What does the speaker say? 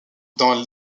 dans